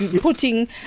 putting